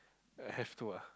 I have to ah